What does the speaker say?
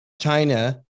China